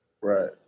Right